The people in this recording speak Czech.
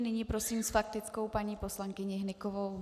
Nyní prosím s faktickou paní poslankyni Hnykovou.